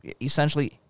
essentially